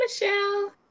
Michelle